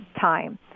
time